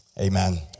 Amen